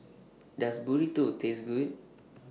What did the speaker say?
Does Burrito Taste Good